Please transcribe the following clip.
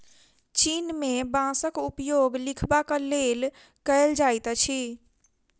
चीन में बांसक उपयोग लिखबाक लेल कएल जाइत अछि